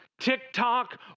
TikTok